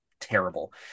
terrible